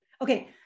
Okay